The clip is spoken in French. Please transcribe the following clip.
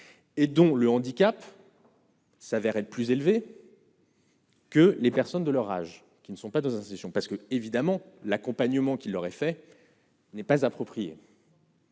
et dont le handicap s'avère être plus élevé. Que les personnes de l'orage, qui ne sont pas nos institutions parce que évidemment l'accompagnement qui l'aurait fait n'est pas approprié.